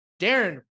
Darren